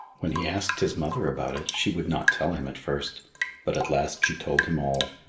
when he asked his mother about it she would not tell him at first but at last she told him all,